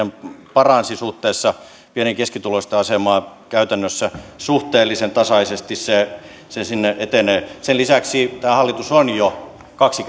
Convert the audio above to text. paransi suhteessa pieni ja keskituloisten asemaa käytännössä suhteellisen tasaisesti se se sinne etenee sen lisäksi tämä hallitus on jo kaksi